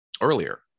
earlier